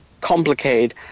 complicated